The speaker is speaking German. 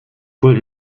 wohl